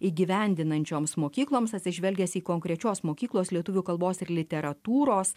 įgyvendinančioms mokykloms atsižvelgęs į konkrečios mokyklos lietuvių kalbos ir literatūros